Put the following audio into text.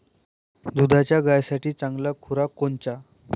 दुधाच्या गायीसाठी चांगला खुराक कोनचा?